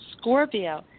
Scorpio